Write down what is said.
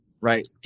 Right